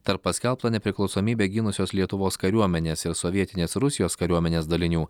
tarp paskelbtą nepriklausomybę gynusios lietuvos kariuomenės ir sovietinės rusijos kariuomenės dalinių